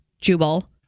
Jubal